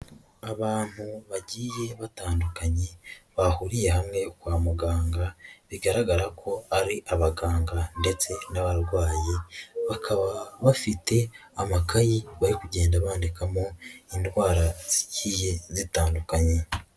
Abantu bagiye batandukanye bahuriye hamwe kwa muganga, bigaragara ko ari abaganga ndetse n'abarwayi, bakaba bafite amakayi bari kugenda bandikamo indwara zigiye zitandukanye.